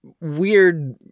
weird